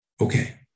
Okay